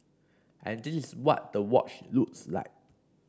and this is what the watch looks like